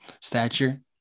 stature